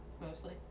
Mostly